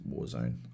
Warzone